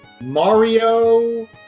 Mario